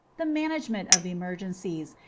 the management of emergencies,